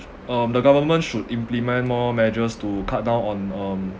um the government should implement more measures to cut down on um